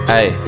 Hey